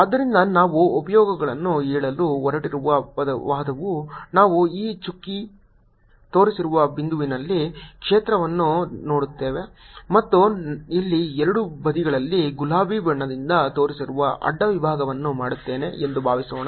ಆದ್ದರಿಂದ ನಾವು ಉಪಯೋಗಗಳನ್ನು ಹೇಳಲು ಹೊರಟಿರುವ ವಾದವು ನಾನು ಈ ಚುಕ್ಕೆ ತೋರಿಸಿರುವ ಬಿಂದುವಿನಲ್ಲಿ ಕ್ಷೇತ್ರವನ್ನು ನೋಡುತ್ತೇನೆ ಮತ್ತು ಇಲ್ಲಿ ಎರಡು ಬದಿಗಳಲ್ಲಿ ಗುಲಾಬಿ ಬಣ್ಣದಿಂದ ತೋರಿಸಿರುವ ಅಡ್ಡ ವಿಭಾಗವನ್ನು ಮಾಡುತ್ತೇನೆ ಎಂದು ಭಾವಿಸೋಣ